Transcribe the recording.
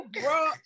bro